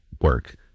work